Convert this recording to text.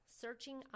searching